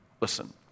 Listen